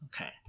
Okay